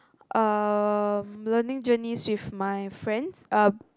um learning journeys with my friends uh